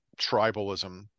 tribalism